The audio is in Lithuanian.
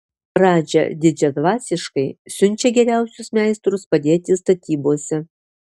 radža didžiadvasiškai siunčia geriausius meistrus padėti statybose